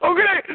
Okay